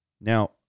Now